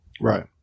Right